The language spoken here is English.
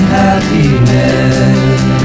happiness